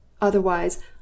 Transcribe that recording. otherwise